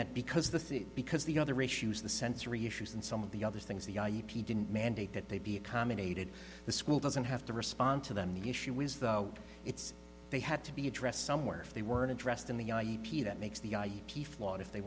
that because the thing because the other issues the sensory issues and some of the other things the i e p didn't mandate that they be accommodated the school doesn't have to respond to them the issue is though it's they had to be addressed somewhere if they weren't addressed in the i e p that makes